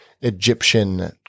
Egyptian